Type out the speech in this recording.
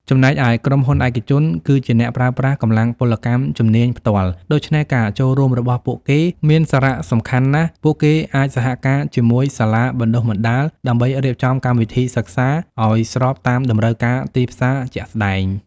ចំណែកឯ ក្រុមហ៊ុនឯកជនគឺជាអ្នកប្រើប្រាស់កម្លាំងពលកម្មជំនាញផ្ទាល់ ដូច្នេះការចូលរួមរបស់ពួកគេមានសារៈសំខាន់ណាស់ ពួកគេអាចសហការជាមួយសាលាបណ្តុះបណ្តាលដើម្បីរៀបចំកម្មវិធីសិក្សាឱ្យស្របតាមតម្រូវការទីផ្សារជាក់ស្តែង។